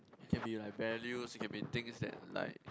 it can be like values it can be things that like